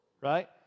right